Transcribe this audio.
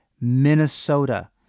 Minnesota